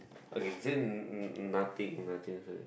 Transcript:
okay is it nothing nothing